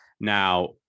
now